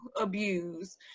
abuse